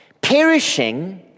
perishing